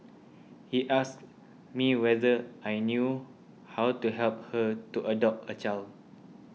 he asked me whether I knew how to help her to adopt a child